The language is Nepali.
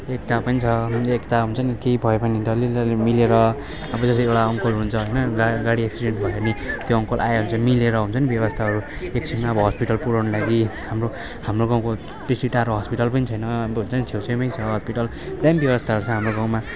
एकता पनि छ एकता हुन्छ नि केही भयो भने डल्लैलाई मिलेर अब जस्तै एउटा अङ्कल हुनुहुन्छ होइन गाडी एक्सिडेन्ट भयो भने त्यो अङ्कल आइहाल्छ मिलेर हुन्छ नि व्यवस्थाहरू केही चिजमा हस्पिटलहरू पुऱ्याउनु हाम्रो हाम्रो गाउँको बेसी टाढो हस्पिटल पनि छैन छेउ छेउमै छ हस्पिटल दामी व्यवस्था छ हाम्रो गाउँमा